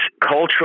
cultural